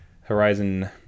Horizon